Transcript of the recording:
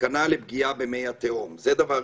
סכנה לפגיעה במי התהום, זה דבר ראשון.